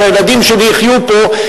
שהילדים שלי יחיו פה,